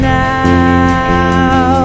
now